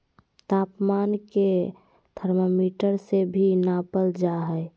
तापमान के थर्मामीटर से भी नापल जा हइ